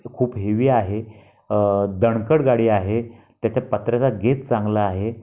खूप हेवी आहे दणकट गाडी आहे त्याच्या पत्र्याचा गेज चांगला आहे